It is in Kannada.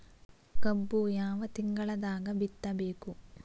ಕಬ್ಬು ಯಾವ ತಿಂಗಳದಾಗ ಬಿತ್ತಬೇಕು?